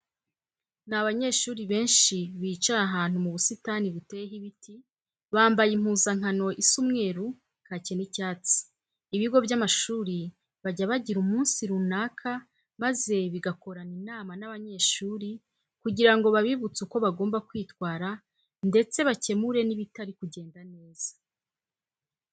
Ni abanyeshuri benshi bicaye ahantu mu busitani buteyeno ibiti, bambaye impuzankano isa umweru, kake n'icyatsi. Ibigo by'amashuri bajya bagira umunsi runaka maze bigakorana inama n'abanyeshuri kugira ngo babibutse uko bagomba kwitwara ndetse bakemure n'ibitari kugenda neza.